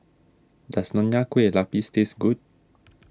does Nonya Kueh Lapis taste good